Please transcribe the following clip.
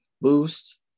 boost